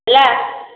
ହେଲା